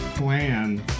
plan